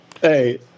Hey